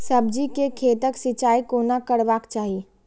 सब्जी के खेतक सिंचाई कोना करबाक चाहि?